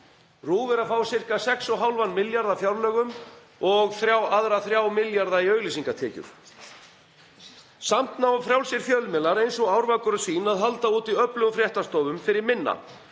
RÚV er að fá sirka 6,5 milljarða á fjárlögum og aðra 3 milljarða í auglýsingatekjur. Samt ná frjálsir fjölmiðlar eins og Árvakur og Sýn að halda úti öflugum fréttastofum fyrir minna